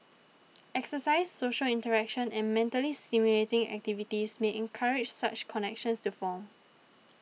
exercise social interaction and mentally stimulating activities may encourage such connections to form